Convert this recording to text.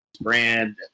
brand